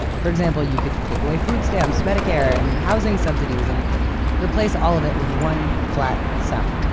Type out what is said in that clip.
for example, you could take away food stamps, medicare, and housing subsidies, and replace all of it with one flat sum.